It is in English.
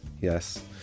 yes